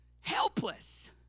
Helpless